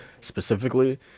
specifically